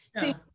See